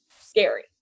scary